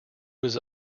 was